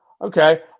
okay